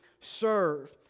serve